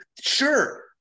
Sure